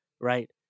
Right